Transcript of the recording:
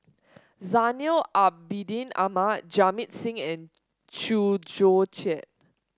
Zainal Abidin Ahmad Jamit Singh and Chew Joo Chiat